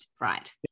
Right